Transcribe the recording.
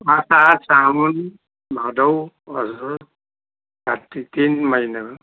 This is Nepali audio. असार साउन भदौ असोज कात्तिक तिन महिना हो